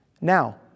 Now